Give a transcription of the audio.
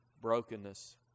Brokenness